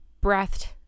breathed